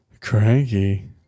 cranky